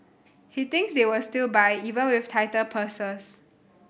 he thinks they will still buy even with tighter purses